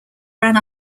ran